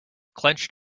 clenched